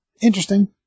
interesting